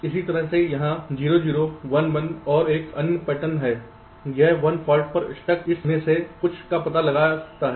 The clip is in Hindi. इसी तरह से यहाँ 0 0 1 1 और एक अन्य पैटर्न है यह 1 फाल्ट पर स्टक इस में से कुछ का पता लगा सकता है